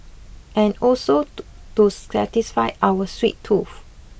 and also to satisfy our sweet tooth